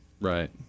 right